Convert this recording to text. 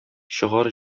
чыгар